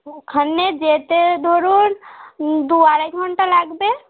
ওখানে যেতে ধরুন দু আড়াই ঘণ্টা লাগবে